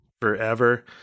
forever